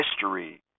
history